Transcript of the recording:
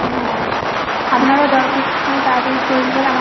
হ্যাঁ আপনারাও দরখস্তটা তাড়াতাড়ি তৈরি করে আমার